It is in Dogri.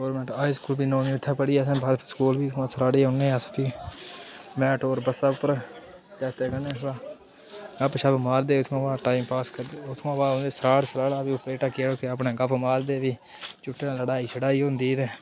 गौरमेंट हाई स्कूल भी नौमीं उत्थें पढ़ी असें बप्प स्कूल भी उत्थुआं सराढ़े ई औन्ने अस भी मैटाडोर बस्सै उप्पर जागतें कन्नै उत्थुआं गपशप मारदे उत्थुआं टाईम पास करदे उत्थुआं बाद भी सराढ़ सराढ़ा भी ढक्किया उप्परै अपने गपशप मारदे भी चुट्टें ने लड़ाई शड़ाई होंदी ही ते